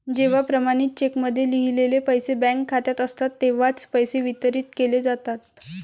जेव्हा प्रमाणित चेकमध्ये लिहिलेले पैसे बँक खात्यात असतात तेव्हाच पैसे वितरित केले जातात